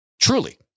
truly